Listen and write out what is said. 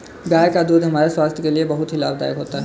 गाय का दूध हमारे स्वास्थ्य के लिए बहुत ही लाभदायक होता है